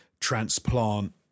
transplant